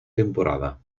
temporada